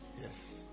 Yes